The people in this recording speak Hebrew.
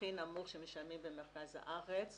הכי נמוך שמשלמים במרכז הארץ